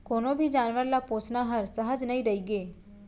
कोनों भी जानवर ल पोसना हर सहज नइ रइगे